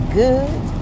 good